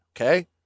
okay